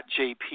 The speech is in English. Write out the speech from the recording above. .jp